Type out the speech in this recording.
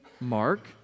Mark